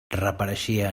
reapareixia